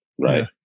Right